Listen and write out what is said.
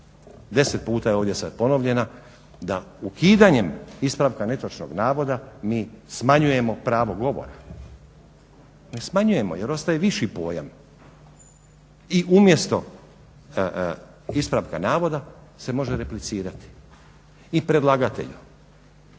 deset puta je ovdje sad ponovljena, da ukidanjem ispravka netočnog navoda mi smanjujemo pravo govora. Ne smanjujemo jer ostaje viši pojam i umjesto ispravka navoda se može replicirati i predlagatelju